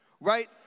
right